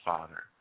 Father